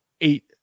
eight